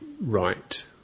right